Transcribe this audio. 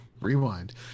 rewind